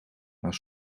maar